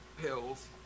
pills